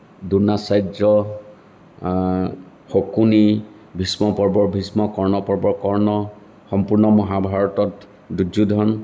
দ্ৰোণাচাৰ্য শকুনি ভীষ্ম পৰ্বৰ ভীষ্ম কৰ্ণ পৰ্বৰ কৰ্ণ সম্পূৰ্ণ মহাভাৰতত দুৰ্যোধন